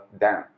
down